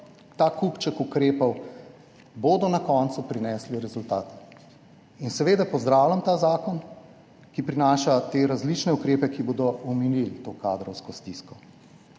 ta kupček ukrepov bodo na koncu prinesli rezultate. Seveda pozdravljam ta zakon, ki prinaša te različne ukrepe, ki bodo omilili to kadrovsko stisko.